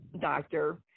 doctor